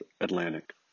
Atlantic